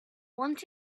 want